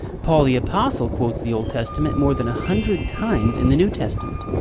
paul the apostle quotes the old testament more than a hundred times in the new testament.